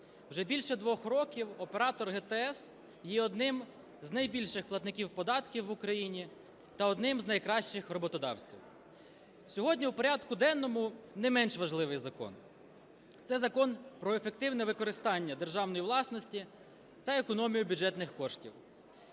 Вже більше двох років Оператор ГТС є одним з найбільших платників податків Україні та одним з найкращих роботодавців. Сьогодні в порядку денному не менш важливий закон – це закон про ефективне використання державної власності та економії бюджетних коштів.